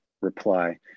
reply